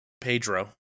Pedro